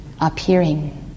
appearing